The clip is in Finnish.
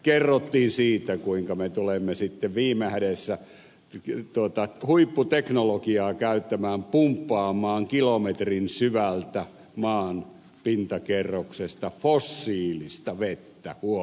kerrottiin siitä kuinka me tulemme sitten viime hädässä huipputeknologiaa käyttämään pumppaamaan kilometrin syvyydestä maan pintakerroksesta fossiilista vettä huom